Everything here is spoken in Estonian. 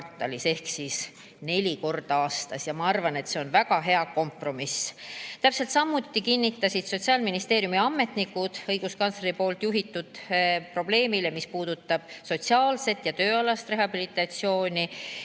ehk siis neli korda aastas. Ma arvan, et see on väga hea kompromiss. Täpselt samuti kinnitasid Sotsiaalministeeriumi ametnikud, [kommenteerides] õiguskantsleri viidatud probleemi, mis puudutab sotsiaalset ja tööalast rehabilitatsiooni,